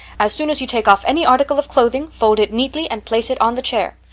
as soon as you take off any article of clothing fold it neatly and place it on the chair.